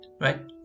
right